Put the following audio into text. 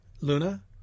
Luna